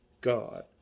god